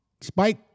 Spike